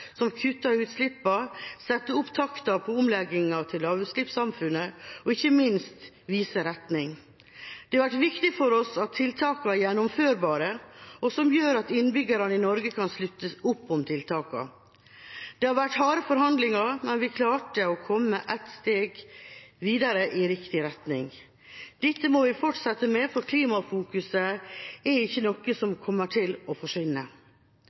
som kutter utslippene, setter opp takten på omleggingen til lavutslippssamfunnet og ikke minst viser retning. Det har vært viktig for oss at tiltakene er gjennomførbare og gjør at innbyggerne i Norge kan slutte opp om tiltakene. Det har vært harde forhandlinger, men vi klarte å komme et steg videre i riktig retning. Dette må vi fortsette med, for klima i fokus er ikke noe som kommer til å forsvinne.